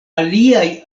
aliaj